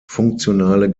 funktionale